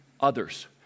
others